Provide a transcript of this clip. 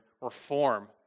reform